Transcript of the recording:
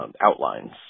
outlines